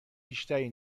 بیشتری